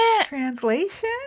translation